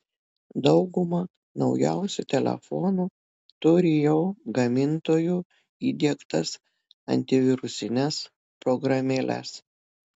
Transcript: dauguma naujausių telefonų turi jau gamintojų įdiegtas antivirusines programėles